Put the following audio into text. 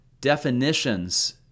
definitions